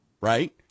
right